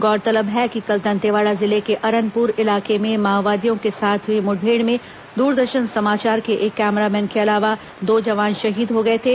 गौरतलब है कि कल दतेवाड़ा जिले के अरनपुर इलाके में माओवादियों के साथ हुई मुठभेड़ में दूरदर्शन समाचार के एक कैमरामैन के अलावा दो जवान शहीद हो गए थे